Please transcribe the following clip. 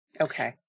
Okay